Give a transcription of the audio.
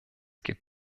geht